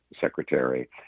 Secretary